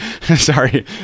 sorry